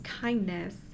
kindness